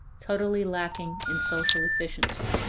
totally lacking in social efficiency.